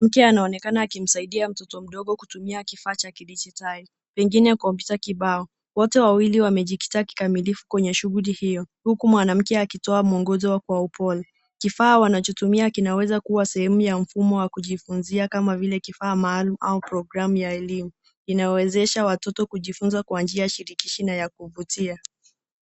Mke anaonekana akimsaidia mtoto mdogo kutumia kifaa cha kidijitali, pengine kompyuta kibao. Wote wawili wamejikita kikamilifu kwenye shughuli hiyo, huku mwanamke akitoa mwongozo kwa upole. Kifaa wanachotumia kinaweza kuwa sehemu ya mfumo wa kujifunzia kama vile kifaa maalum au programu ya elimu, inayowezesha watoto kujifunza kwa njia shirikishi na ya kuvutia.